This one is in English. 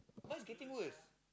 mine getting worse